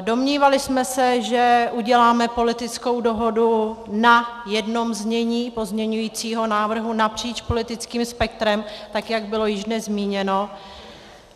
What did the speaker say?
Domnívali jsme se, že uděláme politickou dohodu na jednom znění pozměňujícího návrhu napříč politickým spektrem, tak jak bylo již dnes zmíněno,